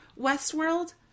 Westworld